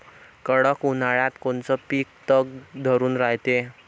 कडक उन्हाळ्यात कोनचं पिकं तग धरून रायते?